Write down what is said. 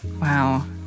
Wow